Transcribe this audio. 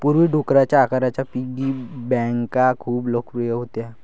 पूर्वी, डुकराच्या आकाराच्या पिगी बँका खूप लोकप्रिय होत्या